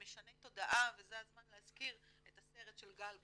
משני תודעה וזה הזמן להזכיר את הסרט של גל גבאי,